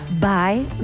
bye